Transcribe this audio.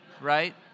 Right